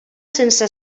sense